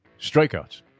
strikeouts